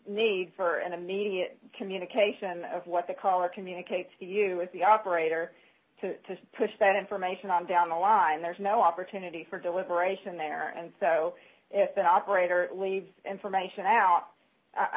need for an immediate communication of what the caller communicates to you with the operator to push that information on down the line there's no opportunity for deliberation there and so if an operator leaves information out i